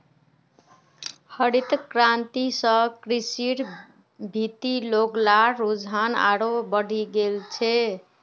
हरित क्रांति स कृषिर भीति लोग्लार रुझान आरोह बढ़े गेल छिले